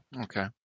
Okay